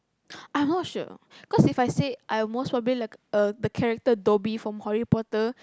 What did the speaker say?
I'm not sure cause If I say I'll most probably like uh the character Dobby from Harry-Potter